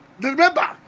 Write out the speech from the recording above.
remember